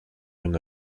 une